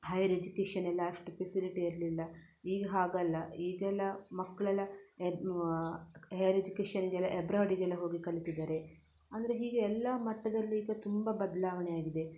hire education ಎಲ್ಲ ಅಷ್ಟು facility ಇರಲಿಲ್ಲ ಈಗ ಹಾಗಲ್ಲ ಈಗೆಲ್ಲ ಮಕ್ಕಳೆಲ್ಲ ಹೈರ್ ಎಜುಕೇಷನ್ಗೆಲ್ಲ ಅಬ್ರಾಡಿಗೆಲ್ಲ ಹೋಗಿ ಕಲೀತಿದ್ದಾರೆ ಅಂದರೆ ಹೀಗೆ ಎಲ್ಲ ಮಟ್ಟದಲ್ಲಿ ಈಗ ತುಂಬ ಬದಲಾವಣೆಯಾಗಿದೆ